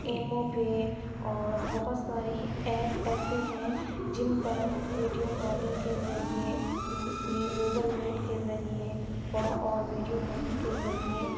imo پہ اور بہت ساری ایپ ایسے ہیں جن پر ویڈیو کالنگ کے ذریعہ گوگل میٹ کے ذریعہ بہت اور ویڈیو کالنگ کے ذریعہ